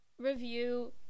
review